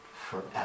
forever